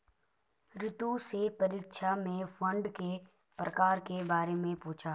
रितु से परीक्षा में फंड के प्रकार के बारे में पूछा